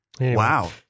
Wow